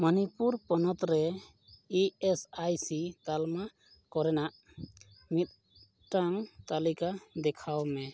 ᱢᱚᱱᱤᱯᱩᱨ ᱯᱚᱱᱚᱛᱨᱮ E S I C ᱛᱟᱞᱢᱟ ᱠᱚᱨᱮᱱᱟᱜ ᱢᱤᱫᱴᱟᱝ ᱛᱟᱞᱤᱠᱟ ᱫᱮᱠᱷᱟᱣᱢᱮ